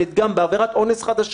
קטינים שבוצעה בהם עבירה לא על-ידי אחראי